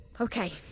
Okay